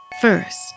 First